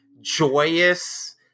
joyous